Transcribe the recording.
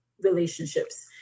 relationships